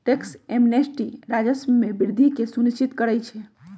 tax amnesty राजस्व में वृद्धि के सुनिश्चित करइ छै